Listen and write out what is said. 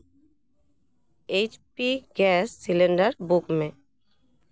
H P gas cylinder book ᱢᱮ